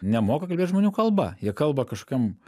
nemoka kalbėt žmonių kalba jie kalba kažkokiom